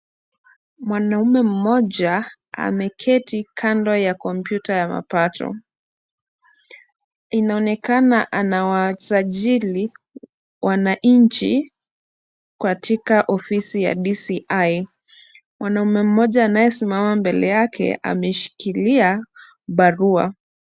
Mwanaume mmoja ameketi kando ya kompyuta ya mapato. Inaonekana anawasajili wananchi katika ofisi ya DCI. Mwanaume mmoja anayesimana mbele yake ameshikilia barua.